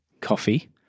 coffee